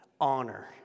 honor